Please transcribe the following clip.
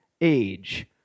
age